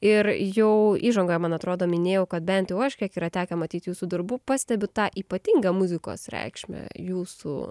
ir jau įžangoje man atrodo minėjau kad bent jau aš kiek yra tekę matyti jūsų darbų pastebiu tą ypatingą muzikos reikšmę jūsų